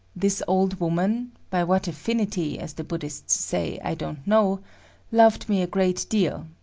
this old woman by what affinity, as the buddhists say, i don't know loved me a great deal.